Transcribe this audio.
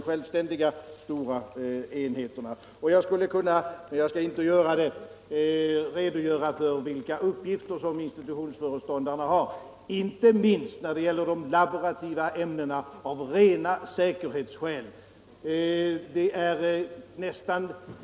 Jag skulle kunna redogöra för vilka uppgifter institutionsföreståndarna har — men jag skall inte göra det — inte minst av rena säkerhetsskäl när det gäller de laborativa ämnena.